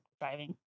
driving